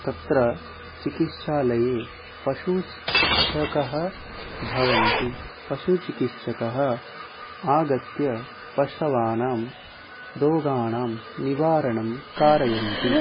तत्र चिकित्सालये पशुचिकित्सकः भवन्ति पशुचिकित्सकः आगत्य पशूनां रोगाणां निवारणं कारयन्ति